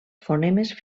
fonemes